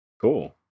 Cool